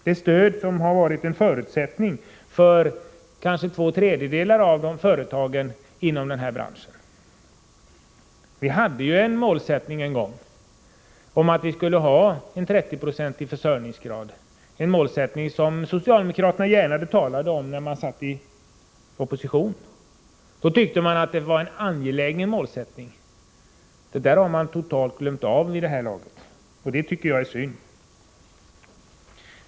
Det är detta stöd som varit en förutsättning för kanske två tredjedelar av företagen inom branschen. Vi hade en målsättning en gång om att vi skulle ha en 30-procentig försörjningsgrad — en målsättning som socialdemokraterna gärna talade om i opposition. Då tyckte man att det var en angelägen målsättning. Vid det här laget har man helt glömt bort det. Det tycker jag är synd.